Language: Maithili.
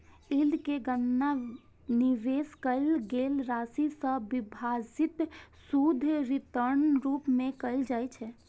यील्ड के गणना निवेश कैल गेल राशि सं विभाजित शुद्ध रिटर्नक रूप मे कैल जाइ छै